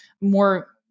more